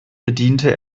bediente